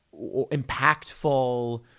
impactful